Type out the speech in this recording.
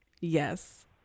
yes